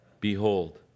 Behold